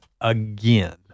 again